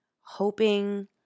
hoping